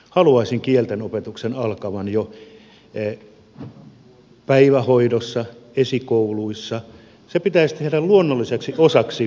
haluaisin kieltenopetuksen alkavan jo päivähoidossa esikouluissa se pitäisi tehdä luonnolliseksi osaksi niitä